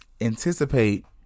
anticipate